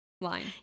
line